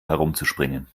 herumzuspringen